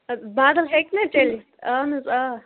بدل ہیٚکِہ نا چٔلِتھ اَہَن حظ آ